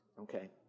okay